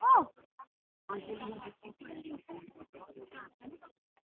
ओह्